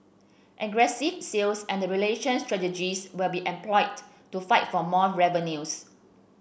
aggressive sales and relationship strategies will be employed to fight for more revenues